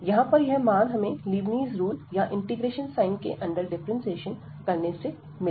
यहां पर यह मान हमें लेबनीज़ रूल या इंटीग्रेशन साइन के अंदर डिफ्रेंसिएशन करने से मिला